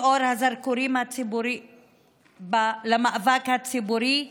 אור הזרקורים הציבורי למאבק הציבורי ברחוב,